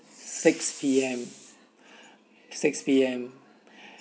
six P_M six P_M